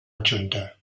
adjunta